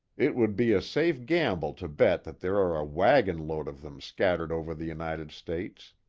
it would be a safe gamble to bet that there are a wagon load of them scattered over the united states.